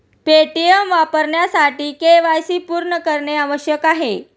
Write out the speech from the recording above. Paytm वापरण्यासाठी KYC पूर्ण करणे आवश्यक आहे